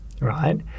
right